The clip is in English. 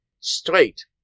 Straight